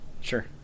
Sure